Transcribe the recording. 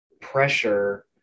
pressure